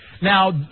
Now